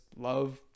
love